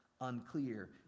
unclear